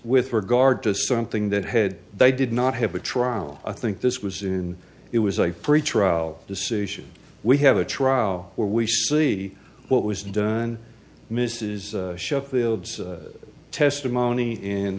with regard to something that had they did not have a trial i think this was in it was a free trial decision we have a trial where we see what was done mrs sheffield's testimony in